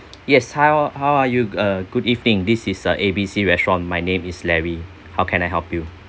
yes how how are you uh good evening this is uh A B C restaurant my name is larry how can I help you